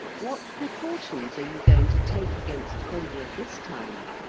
what precautions are you going to take against failure this time?